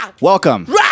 Welcome